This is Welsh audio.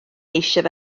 eisiau